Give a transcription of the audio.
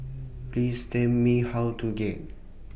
Please Tell Me How to get